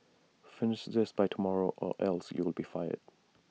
finish this by tomorrow or else you'll be fired